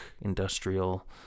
industrial